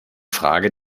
frage